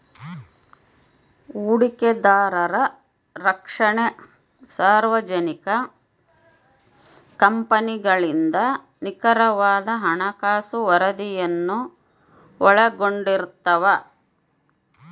ಹೂಡಿಕೆದಾರರ ರಕ್ಷಣೆ ಸಾರ್ವಜನಿಕ ಕಂಪನಿಗಳಿಂದ ನಿಖರವಾದ ಹಣಕಾಸು ವರದಿಯನ್ನು ಒಳಗೊಂಡಿರ್ತವ